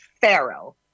Pharaoh